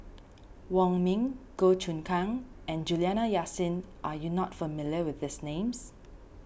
Wong Ming Goh Choon Kang and Juliana Yasin are you not familiar with these names